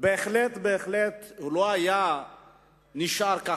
בהחלט בהחלט הוא לא היה נשאר כך.